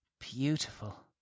Beautiful